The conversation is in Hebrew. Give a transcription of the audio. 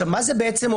מה זה אומר?